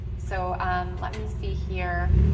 so let me see here.